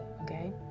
okay